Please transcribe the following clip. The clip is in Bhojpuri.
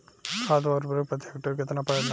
खाद व उर्वरक प्रति हेक्टेयर केतना परेला?